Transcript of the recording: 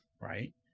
right